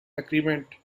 agreement